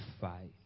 fight